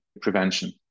prevention